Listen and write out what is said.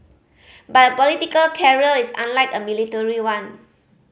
but a political career is unlike a military one